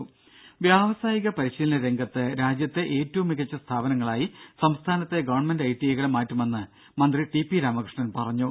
രുര വ്യാവസായിക പരിശീലന രംഗത്ത് രാജ്യത്തെ ഏറ്റവും മികച്ച സ്ഥാപനങ്ങളായി സംസ്ഥാനത്തെ ഗവൺമെന്റ് ഐടിഐകളെ മാറ്റുമെന്ന് മന്ത്രി ടി പി രാമകൃഷ്ണൻ പറഞ്ഞു